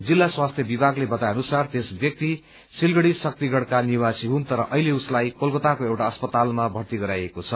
जिल्ला स्वास्थ्य विभागले बताए अनुसार त्यस व्यक्ति सिलगढ़ी शाक्तिगढ़का निवासी हुन् तर अहिले उसलाई कलकताको एक अस्पतालमा भर्ती गराइएको छ